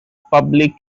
public